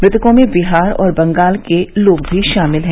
मृतकों में बिहार और बंगाल के लोग भी शामिल हैं